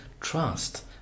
trust